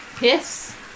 Yes